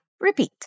repeat